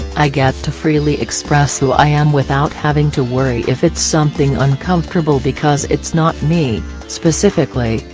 i get to freely express who i am without having to worry if it's something uncomfortable because it's not me, specifically,